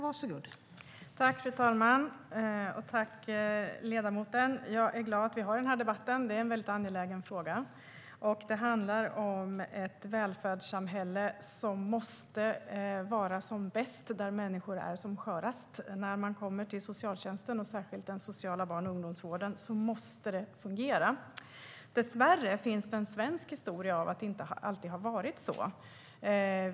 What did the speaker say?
Fru talman! Jag är glad att vi har den här debatten, för det är en väldigt angelägen fråga. Det handlar om ett välfärdssamhälle som måste vara som bäst när människor är som skörast. När man kommer till socialtjänsten och särskilt till den sociala barn och ungdomsvården måste den fungera. Dessvärre finns det en svensk historia där det inte alltid har varit så.